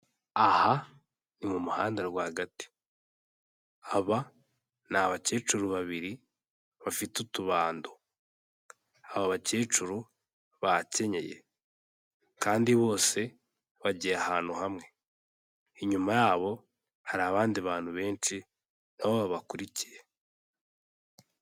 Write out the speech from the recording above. Aha ni mu muhanda rwagati, aba ni abakecuru babiri bafite utubando, aba bakecuru bakenyeye kandi bose bagiye ahantu hamwe, inyuma yabo hari abandi bantu benshi nabo babakurikiye.